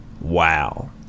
Wow